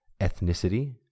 ethnicity